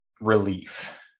relief